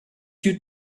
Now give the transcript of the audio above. you